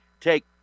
Take